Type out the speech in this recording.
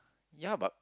ya but